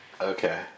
Okay